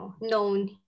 known